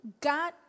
God